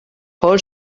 paul